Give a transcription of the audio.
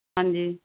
ਹਾਂਜੀ